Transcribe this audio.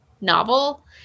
novel